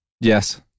yes